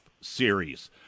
series